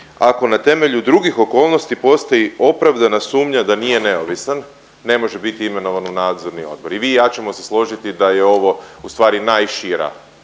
ako na temelju drugih okolnosti postoji opravdana sumnja da nije neovisan ne može biti imenovan u nadzorni odbor. I vi i ja ćemo se složiti da je ovo ustvari najšira,